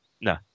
No